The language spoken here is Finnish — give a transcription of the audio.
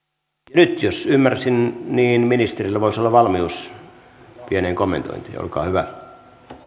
nyt jos ymmärsin niin ministerillä voisi olla valmius pieneen kommentointiin olkaa hyvä